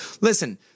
Listen